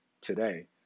today